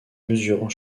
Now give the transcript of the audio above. mesurant